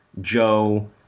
Joe